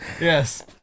Yes